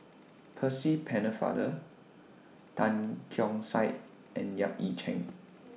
Percy Pennefather Tan Keong Saik and Yap Ee Chian